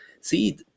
see